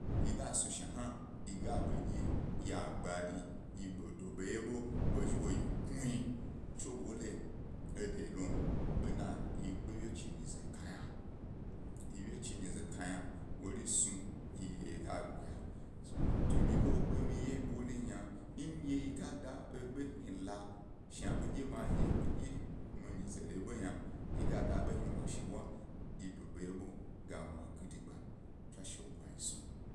Yi gas nu shna hna, yi ga dye ya gbani, e gbedo doḃo ga ḃa yi knuji tso ḃo he e deyi lom bena yi kpe wye chi nyize kayna yi wye chi nyize kayna wuri snu yi yeye ga gnaya. Tungni lo ḃondye yi ye ḃobo yna ndye yi ga da ḃondye hni la shna midye wye emi nyi zere ḃo yna, he gada ḃo hni wnashi bwa ye do ḃo ye bog a mwa gidigba. Tswashe wo bmia snu.